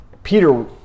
Peter